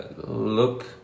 look